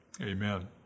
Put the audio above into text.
amen